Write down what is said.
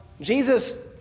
Jesus